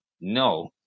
no